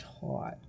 taught